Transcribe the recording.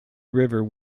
river